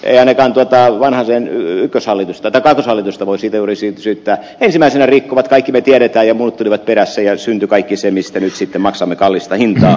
eletään vetää vanhojen yhteishallitusta tätä selitystä voi sitä olisi syytä ensimmäisenä rikkovat kaikille tiedettä ja muut tulivat perässä ja syntyi kaikki se mistä nyt sitten maksamme kallista ja